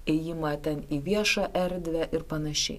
ėjimą ten į viešą erdvę ir panašiai